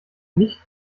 nicht